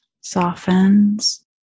softens